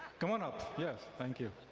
come on up, yes, thank you.